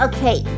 Okay